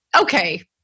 okay